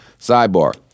Sidebar